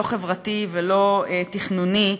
לא חברתי ולא תכנוני.